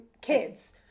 kids